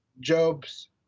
Job's